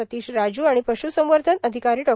सतीश राजू आणि पश्संवर्धन अधिकारी डॉ